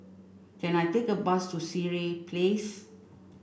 can I take a bus to Sireh Place